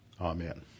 Amen